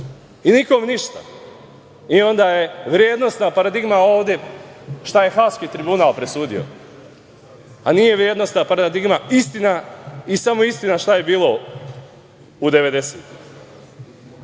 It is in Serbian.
i nikom ništa. Onda je vrednosna paradigma ovde šta je Haški tribunal presudio, a nije vrednosna paradigma, istina i samo istina je bilo